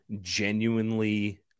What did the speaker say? genuinely